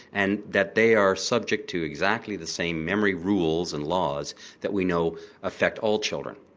and that they are subject to exactly the same memory rules and laws that we know affect all children.